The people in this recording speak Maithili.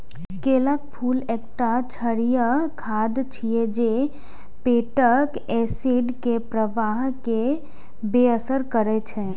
केलाक फूल एकटा क्षारीय खाद्य छियै जे पेटक एसिड के प्रवाह कें बेअसर करै छै